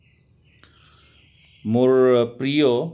মোৰ প্ৰিয়